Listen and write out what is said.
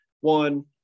one